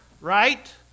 right